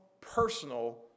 personal